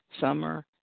summer